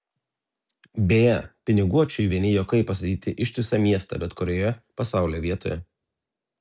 beje piniguočiui vieni juokai pastatyti ištisą miestą bet kurioje pasaulio vietoje